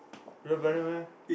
real brother meh